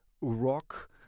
rock